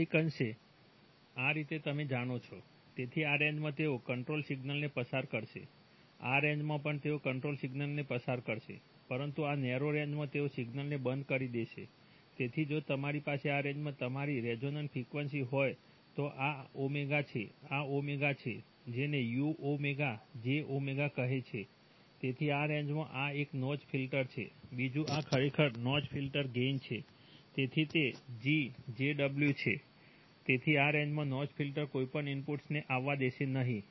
કંઈક અંશે આ રીતે તમે જાણો છો તેથી આ રેન્જમાં તેઓ કંટ્રોલ સિગ્નલ્સને પસાર કરશે આ રેન્જમાં પણ તેઓ કંટ્રોલ સિગ્નલ્સને પસાર કરશે પરંતુ આ નેરો રેન્જમાં તેઓ સિગ્નલને બંધ કરી દેશે તેથી જો તમારી પાસે આ રેન્જમાં તમારી રેઝોનન્ટ ફ્રીક્વન્સી છે તેથી આ રેન્જમાં નોચ ફિલ્ટર કોઈપણ ઇનપુટ્સને આવવા દેશે નહીં